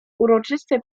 uroczyste